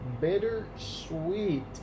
bittersweet